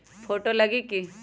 Photo लगी कि?